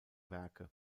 werke